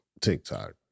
TikTok